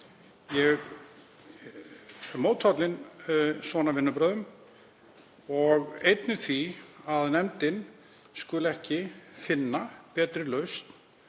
Ég er mótfallinn svona vinnubrögðum og einnig því að nefndin skuli ekki finna betri lausn